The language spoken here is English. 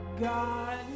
god